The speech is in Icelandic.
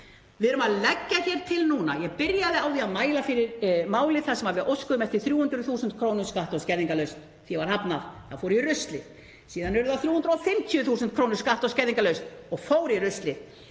Við erum að leggja hér til núna — ég byrjaði á því að mæla fyrir máli þar sem við óskuðum eftir 300.000 kr. skatta- og skerðingarlaust. Því var hafnað. Það fór í ruslið. Síðan varð það 350.000 kr. skatta- og skerðingarlaust og fór í ruslið.